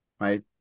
right